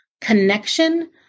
connection